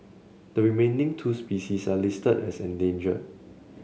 the remaining two species are listed as endangered